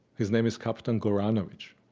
his name is captain goranovich.